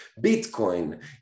Bitcoin